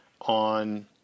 on